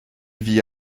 vit